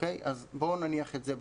אז בואו נניח את זה בצד.